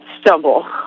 stumble